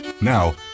Now